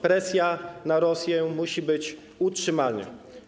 Presja na Rosję musi być utrzymana.